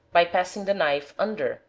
by passing the knife under,